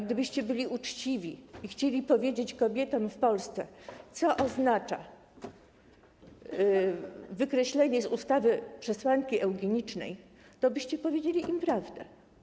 Gdybyście byli uczciwi i chcieli powiedzieć kobietom w Polsce, co oznacza wykreślenie z ustawy przesłanki eugenicznej, byście powiedzieli im prawdę.